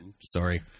Sorry